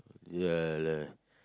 ya lah